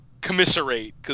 commiserate